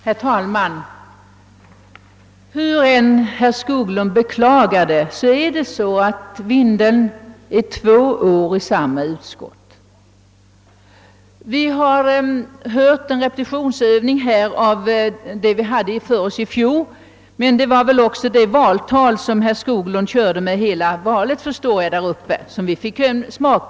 Herr talman! Hur än herr Skoglund beklagar det, har Vindelälven under två år behandlats i samma utskott. Vi har hört en repetitionsövning av vad vi hade för oss i fjol, men det var väl också en smakbit av herr Skoglunds valtal som vi fick höra.